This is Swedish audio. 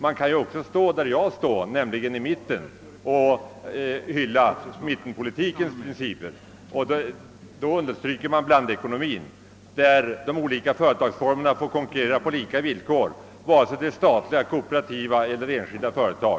Man kan också stå där jag står, nämligen i mitten och hylla mittenpolitikens principer. Då understryker man blandekonomin, där de olika företagsformerna får konkurrera på lika villkor vare sig det är fråga om statliga, kooperativa eller enskilda företag.